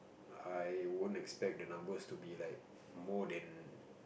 I won't expect the numbers to be like more than